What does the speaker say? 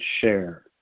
share